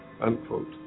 unquote